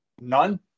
none